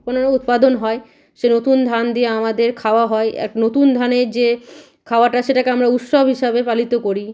উৎপাদন হয় সে নতুন ধান দিয়ে আমাদের খাওয়া হয় এক নতুন ধানের যে খাওয়াটা সেটাকে আমরা উৎসব হিসাবে পালিত করি